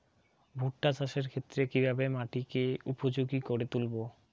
ভুট্টা চাষের ক্ষেত্রে কিভাবে মাটিকে উপযোগী করে তুলবো?